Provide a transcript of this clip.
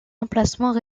emplacements